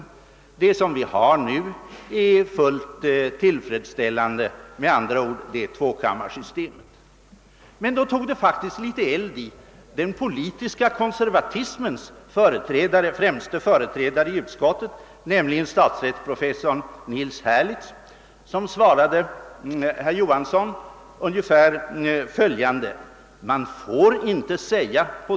Det tvåkammarsystem som vi har nu är fullt tillfredsställande.» Men då tog det faktiskt eld i den politiska konservatismens främste företrädare i utskottet, nämligen statsrättsprofessorn Nils Herlitz, som svarade herr Johansson ungefär följande: »Man får inte säga så!